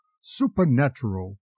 supernatural